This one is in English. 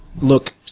look